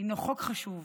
הינו חוק חשוב.